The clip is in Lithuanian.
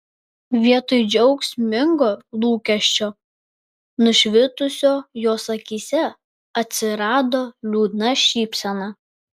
vietoj džiaugsmingo lūkesčio nušvitusio jos akyse atsirado liūdna šypsena